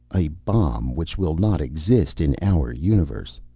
a bomb which will not exist in our universe.